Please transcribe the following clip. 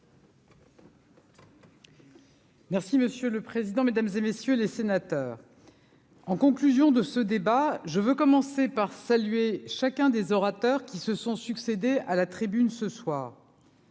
Merci monsieur le président, Mesdames et messieurs les sénateurs, en conclusion de ce débat, je veux commencer par saluer chacun des orateurs qui se sont succédés à la tribune ce soir.